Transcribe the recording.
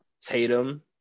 Tatum